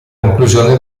conclusione